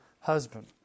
husband